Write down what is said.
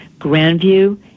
Grandview